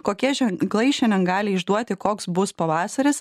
kokie ženklai šiandien gali išduoti koks bus pavasaris